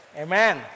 Amen